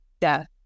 death